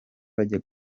bajya